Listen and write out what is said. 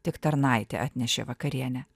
tik tarnaitė atnešė vakarienę